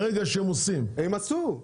הם עשו.